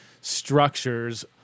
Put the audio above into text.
structures